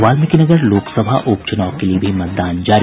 वाल्मीकिनगर लोकसभा उप चुनाव के लिये भी मतदान जारी